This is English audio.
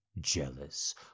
jealous